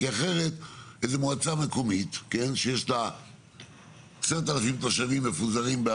כי אחרת זה מועצה אזורית שיש לה 10,000 תושבים מפוזרים,